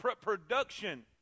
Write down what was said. production